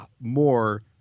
more